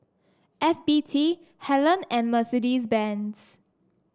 F B T Helen and Mercedes Benz